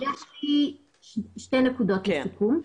שתי נקודות לסיכום.